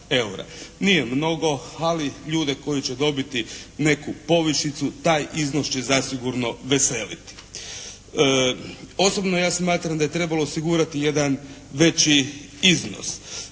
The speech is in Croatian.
Nije mnogo, ali ljude koji će dobiti neku povišicu taj iznos će zasigurno veseliti. Osobno ja smatram da je trebalo osigurati jedan veći iznos.